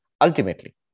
ultimately